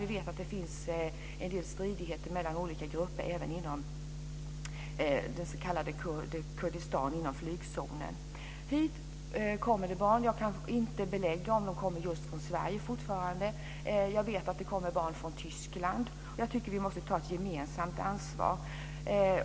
Vi vet att det finns en del stridigheter mellan olika grupper även inom flygzonen i Kurdistan. Det kommer barn hit. Jag kan inte belägga att de fortfarande kommer från just Sverige. Jag vet att det kommer barn från Tyskland. Jag tycker att vi måste ta ett gemensamt ansvar.